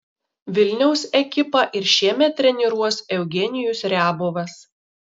vilniaus ekipą ir šiemet treniruos eugenijus riabovas